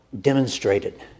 demonstrated